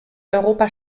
europa